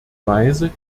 weise